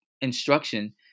instruction